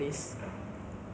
oh okay